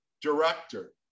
director